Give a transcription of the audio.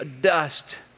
dust